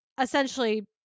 essentially